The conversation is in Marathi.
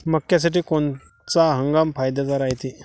मक्क्यासाठी कोनचा हंगाम फायद्याचा रायते?